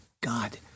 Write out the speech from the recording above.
God